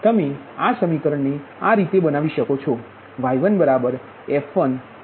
તમે આ સમીકરણને આ રીતે બનાવી શકો છો